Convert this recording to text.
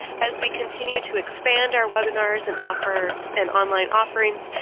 as we continue to expand our webinars and offer and online offerings,